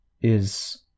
is